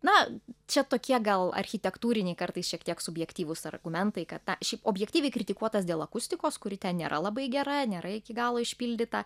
na čia tokie gal architektūriniai kartais šiek tiek subjektyvūs argumentai kad tą šiaip objektyviai kritikuotas dėl akustikos kuri ten nėra labai gera nėra iki galo išpildyta